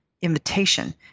invitation